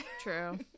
true